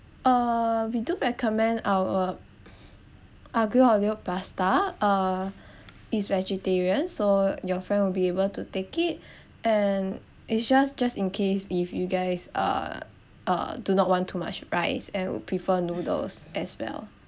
uh we do recommend our aglio olio pasta uh it's vegetarian so your friend will be able to take it and it's just just in case if you guys uh do not want too much rice and would prefer noodles as well